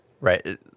Right